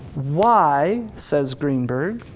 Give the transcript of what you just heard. why, says greenberg,